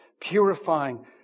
purifying